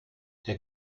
der